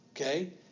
okay